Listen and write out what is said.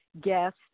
guest